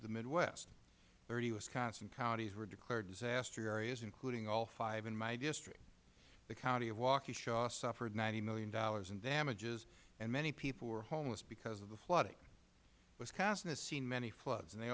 of the midwest thirty wisconsin counties were declared disaster areas including all five in my district the county of waukesha suffered ninety dollars million in damages and many people were homeless because of the flooding wisconsin has seen many floods and they